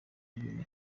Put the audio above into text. ibintu